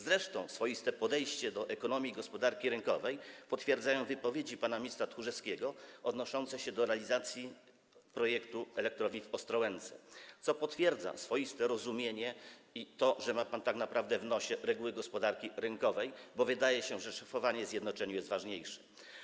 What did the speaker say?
Zresztą swoiste podejście do ekonomii i gospodarki rynkowej potwierdzają wypowiedzi pana ministra Tchórzewskiego odnoszące się do realizacji projektu elektrowni w Ostrołęce, co potwierdza swoiste rozumienie i to, że ma pan tak naprawdę w nosie reguły gospodarki rynkowej, bo wydaje się, że szefowanie zjednoczeniu jest ważniejsze.